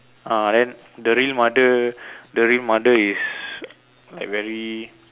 uh then the real mother the real mother is like very